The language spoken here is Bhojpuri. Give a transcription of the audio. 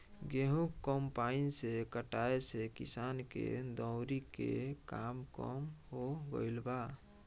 गेंहू कम्पाईन से कटाए से किसान के दौवरी के काम कम हो गईल बा